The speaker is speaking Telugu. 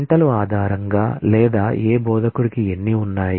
గంటలు ఆధారంగా లేదా ఏ బోధకుడికి ఎన్ని ఉన్నాయి